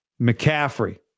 McCaffrey